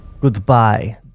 Goodbye